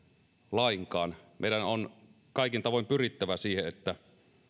lainkaan meidän on kaikin tavoin pyrittävä siihen että